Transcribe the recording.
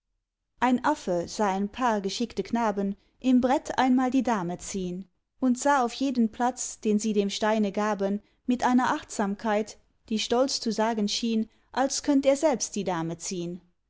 ein affe sah ein paar geschickte knaben im brett einmal die dame ziehn und sah auf jeden platz den sie dem steine gaben mit einer achtsamkeit die stolz zu sagen schien als könnt er selbst die dame ziehn